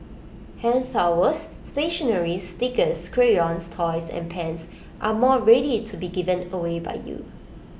hand towels stationery stickers crayons toys and pens are more than ready to be given away by you